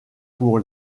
pour